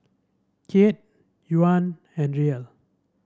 Kyat Yuan and Riel